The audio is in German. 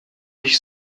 ich